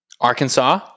Arkansas